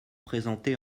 présentés